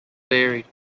varied